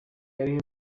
yariho